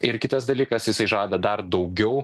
ir kitas dalykas jisai žada dar daugiau